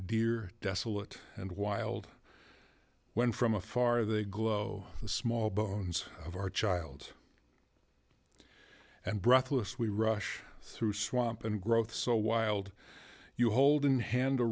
dear desolate and wild when from afar the small bones of our child and breathless we rush through swamp and growth so wild you hold in hand a